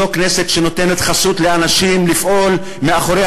זו כנסת שנותנת חסות לאנשים לפעול מאחורי